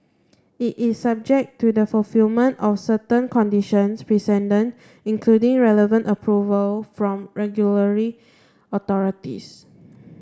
it is subject to the fulfilment of certain conditions precedent including relevant approval from regulatory authorities